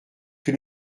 que